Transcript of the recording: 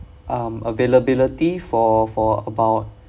um availability for for about